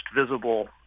visible